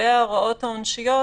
לגבי ההוראות העונשיות